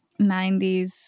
90s